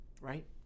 right